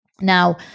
Now